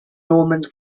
normand